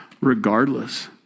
Regardless